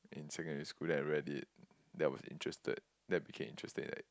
in secondary school that I read it that was interested then became interested in